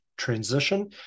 transition